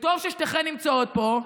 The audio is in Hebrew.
וטוב ששתיכן נמצאות פה,